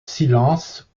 silence